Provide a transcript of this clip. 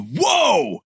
Whoa